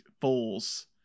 fools